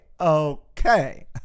okay